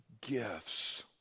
gifts